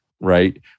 right